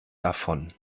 davon